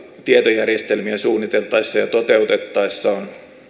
tietojärjestelmiä suunniteltaessa ja toteutettaessa on